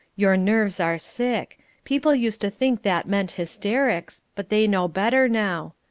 your nerves are sick people used to think that meant hysterics, but they know better now.